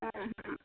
ಹ್ಞೂ